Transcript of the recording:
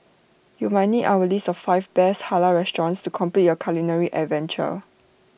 you might need our list of five best Halal restaurants to complete your culinary adventure